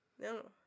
no